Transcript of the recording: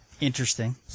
interesting